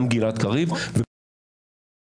גם גלעד קריב וגם כולנו,